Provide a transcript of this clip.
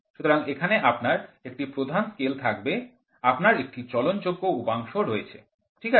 সুতরাং এখানে আপনার একটি প্রধান স্কেল থাকবে আপনার একটি চলন যোগ্য উপাংশ রয়েছে ঠিক আছে